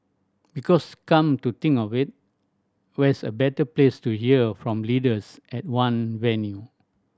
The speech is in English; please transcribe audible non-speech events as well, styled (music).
because come to think a (unintelligible) where's a better place to hear from leaders at one venue